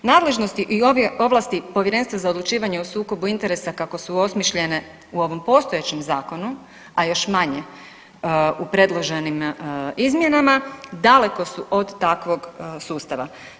Nadležnosti i ovlasti Povjerenstva za odlučivanje o sukobu interesa kako su osmišljene u ovom postojećem zakonu, a još manje u predloženim izmjenama daleko su od takvog sustava.